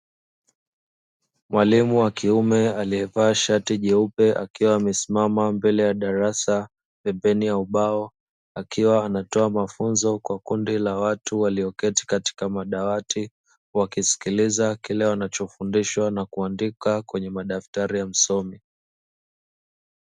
Mwalimu wa kiume aliyevaa shati jeupe akiwa amesimama mbele ya darasa, pembeni ya ubao akiwa anatoa mafunzo kwa kundi la watu walioketi katika madawati, wakisikiliza kile wanachofundishwa na kuandika kwenye madaftari ya msomi.